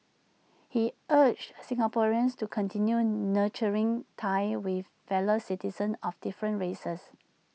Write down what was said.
he urged Singaporeans to continue nurturing ties with fellow citizens of different races